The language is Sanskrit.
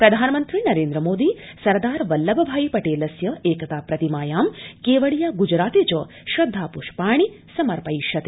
प्रधानमन्त्री नरेन्द्रमोदी सरदार वल्लभ भाई पटेलस्य एकता प्रतिमायां केवडिया ग्जराते च श्रद्धाप्ष्याणि समर्पथिष्यते